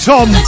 Tom